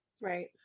right